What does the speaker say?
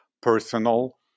personal